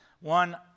One